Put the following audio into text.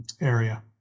area